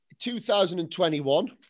2021